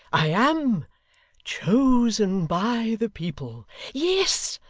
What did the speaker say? i am chosen by the people yes.